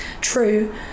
true